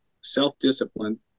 self-discipline